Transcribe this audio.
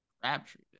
Crabtree